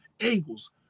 angles